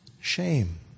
shame